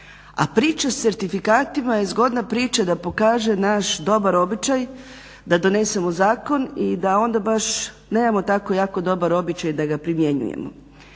A priča s certifikatima je zgodna priča da pokaže naš dobar običaj da donesemo zakon i da onda baš nemamo tako jako dobar običaj da ga primjenjujemo.